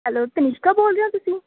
hello Kanishka ਬੋਲ ਰਹੇ ਹੋ ਤੁਸੀਂ